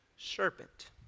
serpent